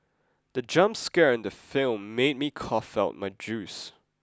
the jump scare in the film made me cough out my juice